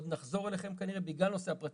עוד נחזור אליכם כנראה בגלל נושא הפרטיות.